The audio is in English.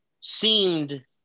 seemed